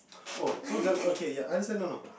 oh so just okay ya understand no no